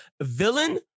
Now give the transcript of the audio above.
villain